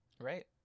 right